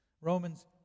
Romans